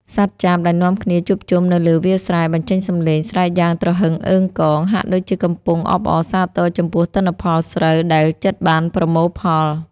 សត្វចាបដែលនាំគ្នាជួបជុំនៅលើវាលស្រែ បញ្ចេញសំឡេងស្រែកយ៉ាងត្រហឹងអឹងកង ហាក់ដូចជាកំពុងអបអរសាទរចំពោះទិន្នផលស្រូវដែលជិតបានប្រមូលផល។